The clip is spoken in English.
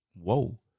Whoa